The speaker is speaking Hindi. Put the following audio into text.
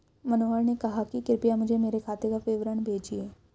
मनोहर ने कहा कि कृपया मुझें मेरे खाते का विवरण भेजिए